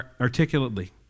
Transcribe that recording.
articulately